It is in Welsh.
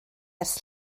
ers